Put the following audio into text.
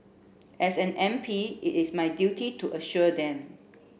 as an M P it is my duty to assure them